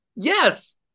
Yes